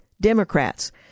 Democrats